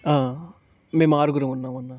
మేము ఆరుగురుమున్నామన్నా